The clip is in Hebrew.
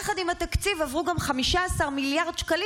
יחד עם התקציב עברו גם 15 מיליארד שקלים